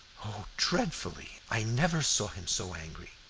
oh, dreadfully! i never saw him so angry.